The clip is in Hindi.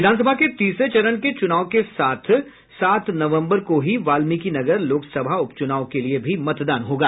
विधानसभा के तीसरे चरण के चूनाव के साथ सात नवम्बर को ही वाल्मिकी नगर लोकसभा उपचुनाव के लिए भी मतदान होगा